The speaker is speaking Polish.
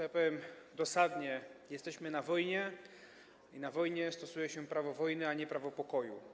Ja to powiem dosadnie: jesteśmy na wojnie i na wojnie stosuje się prawo wojny, a nie prawo pokoju.